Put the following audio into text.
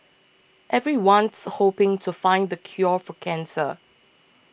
everyone's hoping to find the cure for cancer